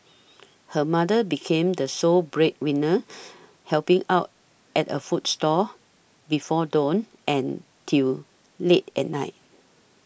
her mother became the sole breadwinner helping out at a food stall before dawn and till late at night